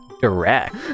direct